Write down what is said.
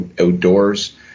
outdoors